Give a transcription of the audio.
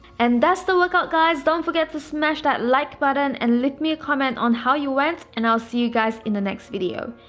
and that's the workout guys don't forget to smash that like button and leave me a comment on how you went and i'll see you guys in the next video